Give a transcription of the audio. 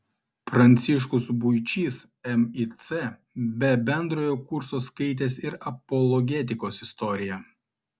pranciškus būčys mic be bendrojo kurso skaitęs ir apologetikos istoriją